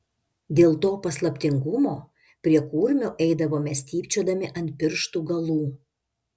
dėl to paslaptingumo prie kurmių eidavome stypčiodami ant pirštų galų